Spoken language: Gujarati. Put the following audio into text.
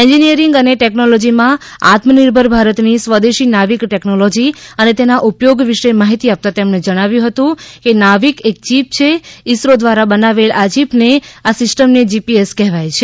એન્જનિયરીંગ અને ટેકનોલોજીમાં આત્મનિર્ભર ભારતની સ્વદેશી નાવિક ટેકનોલોજી અને તેના ઉપયોગ વિશે માહિતી આપતા તેમણે જણાવ્યુ કે નાવિક એક ચિપ છે ઇસરો દ્વારા બનાવેલ આ ચિપને આ સિસ્ટમને જીપીએસ કહેવાય છે